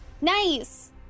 nice